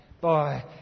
Boy